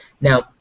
Now